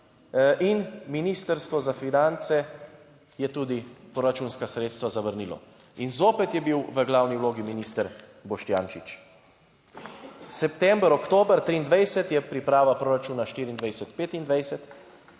in Ministrstvo za finance je tudi proračunska sredstva zavrnilo. In zopet je bil v glavni vlogi minister Boštjančič. September, oktober 2023 je priprava proračuna 2024,